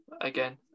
again